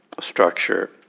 structure